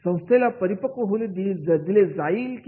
संस्थेला परिपक्व होऊ दिली जाईल का